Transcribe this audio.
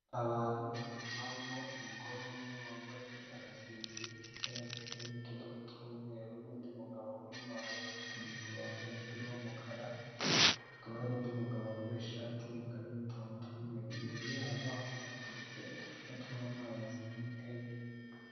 Abantu batatu harimo umugore umwe wambaye agasengeri k'icyatsi karimo utudomo tw'umweru, n'undi mugabo urimo hagati ufite mikoro wambaye umupira w'umukara, hakaba hari undi mugabo wambaye ishati y'umukara irimo uturongo tw'umweru, imbere yabo hakaba hateretse uducupa tw'amazi n'ikayi.